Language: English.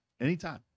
anytime